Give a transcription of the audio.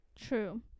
True